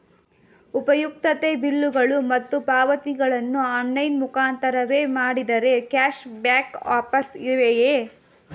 ಉಪಯುಕ್ತತೆ ಬಿಲ್ಲುಗಳು ಮತ್ತು ಪಾವತಿಗಳನ್ನು ಆನ್ಲೈನ್ ಮುಖಾಂತರವೇ ಮಾಡಿದರೆ ಕ್ಯಾಶ್ ಬ್ಯಾಕ್ ಆಫರ್ಸ್ ಇವೆಯೇ?